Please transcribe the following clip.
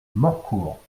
morcourt